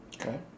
Okay